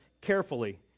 carefully